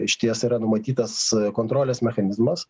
išties yra numatytas kontrolės mechanizmas